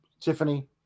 Tiffany